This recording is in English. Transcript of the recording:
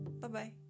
Bye-bye